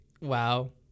wow